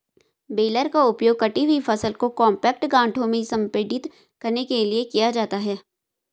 baler का उपयोग कटी हुई फसल को कॉम्पैक्ट गांठों में संपीड़ित करने के लिए किया जाता है